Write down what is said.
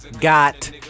Got